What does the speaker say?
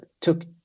took